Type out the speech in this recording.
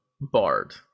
bard